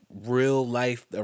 real-life